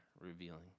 revealing